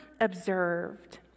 observed